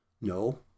no